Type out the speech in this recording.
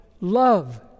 love